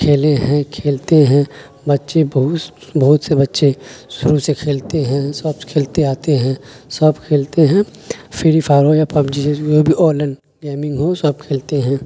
کھیلے ہیں کھیلتے ہیں بچے بہت سے بچے شروع سے کھیلتے ہیں سب کھیلتے آتے ہیں سب کھیلتے ہیں فری فائر ہو یا پبجی آللائن گیمنگ ہو سب کھیلتے ہیں